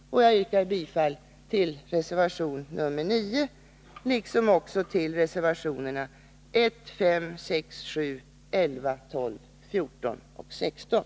Jag yrkar bifall till reservation nr 9. Dessutom yrkar jag bifall till reservationerna nr 1, 5, 6, 7, 11, 12, 14 och 16.